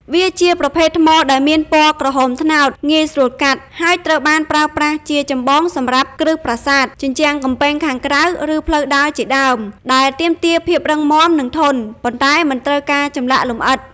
វាជាប្រភេទថ្មដែលមានពណ៌ក្រហមត្នោត ងាយស្រួលកាត់ ហើយត្រូវបានប្រើប្រាស់ជាចម្បងសម្រាប់ គ្រឹះប្រាសាទ ជញ្ជាំងកំពែងខាងក្រៅ ឬផ្លូវដើរ ជាដើម ដែលទាមទារភាពរឹងមាំ និងធន់ ប៉ុន្តែមិនត្រូវការចម្លាក់លម្អិត។